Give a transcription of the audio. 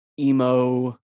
emo